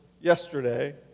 yesterday